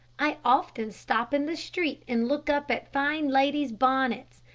i often stop in the street and look up at fine ladies' bonnets,